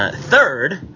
ah third,